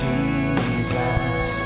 Jesus